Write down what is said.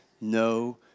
no